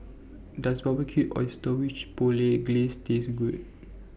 Does Barbecued Oysters with Chipotle Glaze Taste Good